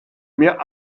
mir